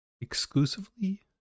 exclusively